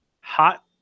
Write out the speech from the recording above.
hot